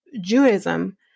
Judaism